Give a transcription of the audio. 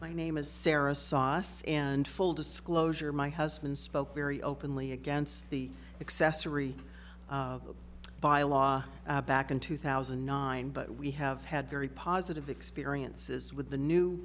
my name is sarah sauce and full disclosure my husband spoke very openly against the accessory byelaw back in two thousand and nine but we have had very positive experiences with the new